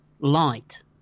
light